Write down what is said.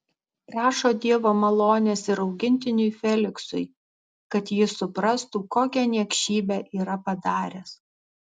prašo dievo malonės ir augintiniui feliksui kad jis suprastų kokią niekšybę yra padaręs